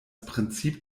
prinzip